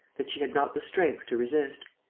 that she had not the strength to resist.